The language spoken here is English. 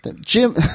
Jim